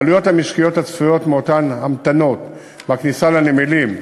העלויות המשקיות הצפויות מאותן המתנות בכניסה לנמלים,